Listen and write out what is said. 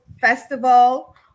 festival